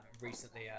Recently